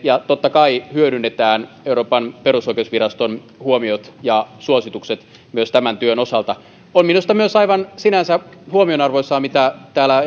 ja totta kai euroopan perusoikeusviraston huomiot ja suositukset hyödynnetään myös tämän työn osalta minusta on sinänsä myös aivan huomionarvoista mitä täällä